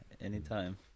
anytime